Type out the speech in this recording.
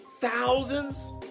thousands